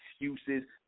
excuses